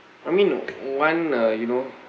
I mean one uh you know